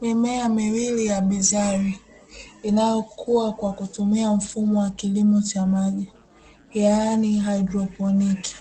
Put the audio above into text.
Mimea miwili ya binzari inayokua kwa kutumia mfumo wa kilimo cha maji, yaani haidrokroniki.